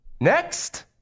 Next